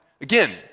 Again